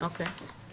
אוקיי.